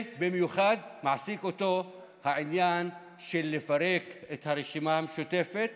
במיוחד מעסיק אותו לפרק את הרשימה המשותפת